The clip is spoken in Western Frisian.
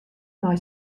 mei